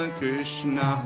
Krishna